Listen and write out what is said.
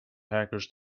hackers